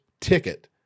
ticket